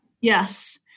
Yes